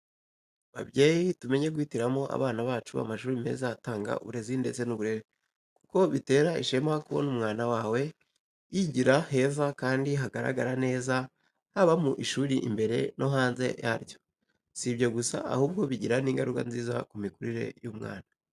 Babyeyi, tumenye guhitiramo abana bacu amashuri meza atanga uburezi ndetse n’uburere, kuko bitera ishema kubona uwawe yigira heza kandi hagaragara neza haba mu ishuri imbere ndetse no hanze yaryo. Si ibyo gusa, ahubwo bigira n’ingaruka nziza ku mikurire y’umwana.